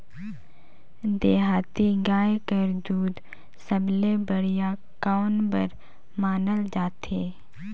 देहाती गाय कर दूध सबले बढ़िया कौन बर मानल जाथे?